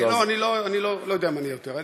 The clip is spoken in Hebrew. אני לא יודע אם אני אהיה יותר.